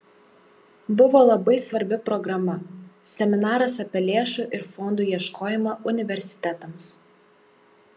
buvo labai svarbi programa seminaras apie lėšų ir fondų ieškojimą universitetams